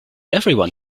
everyone